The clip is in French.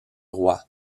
roi